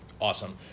Awesome